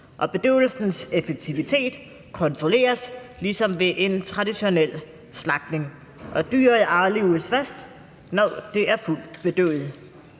Bedøvelsens effektivitet kontrolleres ligesom ved en traditionel slagtning. Dyret aflives først, når det er fuldt bedøvet.